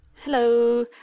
Hello